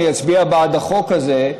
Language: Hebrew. אני אצביע בעד החוק הזה,